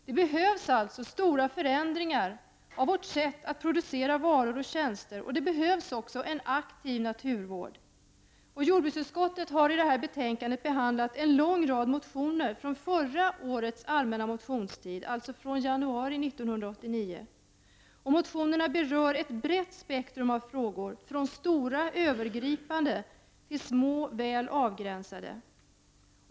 Det behövs alltså stora förändringar i vårt sätt att producera varor och tjänster. Men det behövs också en aktiv naturvård. Jordbruksutskottet behandlar i föreliggande betänkande en lång rad motioner som väcktes under den allmänna motionstiden förra året — alltså motioner från januari 1989. Motionerna berör ett brett spektrum av frågor — från stora övergripande frågor till små, väl avgränsade.